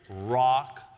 rock